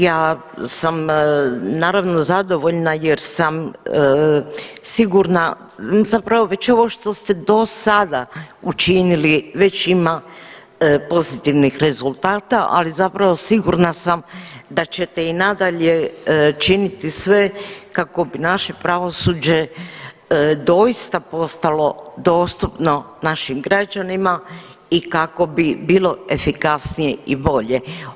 Ja sam naravno zadovoljna jer sam sigurna, zapravo već ovo što ste do sada učinili već ima pozitivnih rezultata, ali zapravo sigurna sam da ćete i nadalje činiti sve kako bi naše pravosuđe doista postalo našim građanima i kako bi bilo efikasnije i bolje.